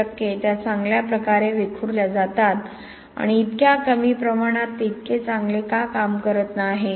1 टक्के त्या चांगल्या प्रकारे विखुरल्या जातात आणि इतक्या कमी प्रमाणात ते इतके चांगले का काम करत आहे